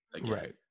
right